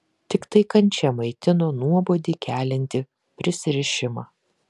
tiktai kančia maitino nuobodį keliantį prisirišimą